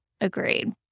Agreed